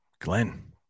glenn